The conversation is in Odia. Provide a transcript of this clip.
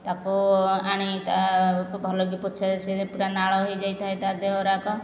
ତାକୁ ଆଣି ତାକୁ ଭଲକି ପୋଛି ପାଛିକି ପୁରା ନାଳ ହୋଇଯାଇଥାଏ ତା'ଦେହ ଗୁଡ଼ାକ